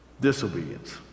Disobedience